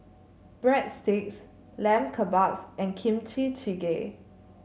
Breadsticks Lamb Kebabs and Kimchi Jjigae